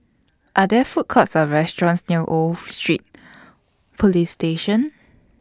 Are There Food Courts Or restaurants near Old Street Police Station